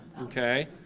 okay,